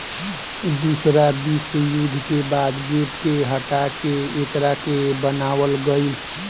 दूसरा विश्व युद्ध के बाद गेट के हटा के एकरा के बनावल गईल